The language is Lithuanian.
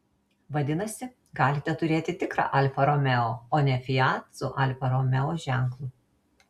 vadinasi galite turėti tikrą alfa romeo o ne fiat su alfa romeo ženklu